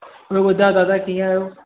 ॿियो ॿुधायो दादा कीअं आहियो